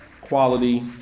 quality